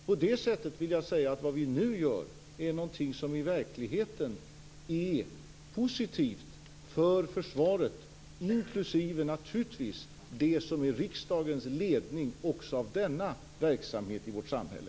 På det sättet är det som vi nu gör något som i verkligheten är positivt för försvaret, naturligtvis inklusive det som är riksdagens ledning också av denna verksamhet i vårt samhälle.